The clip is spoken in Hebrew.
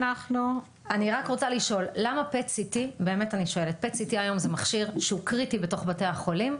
אני רק רוצה לשאול: PET-CT היום זה מכשיר שהוא קריטי בתוך בתי החולים.